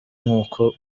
nk’uko